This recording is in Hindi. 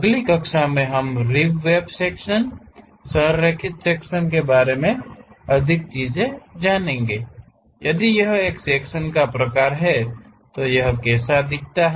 अगली कक्षाओं में हम रिब वेब सेक्शन संरेखित सेक्शन के बारे में अधिक जानेंगे यदि यह एक सेक्शन का प्रकार है तो यह कैसा दिखता है